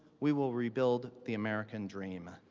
we will rebuild the american dream.